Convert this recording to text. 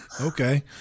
Okay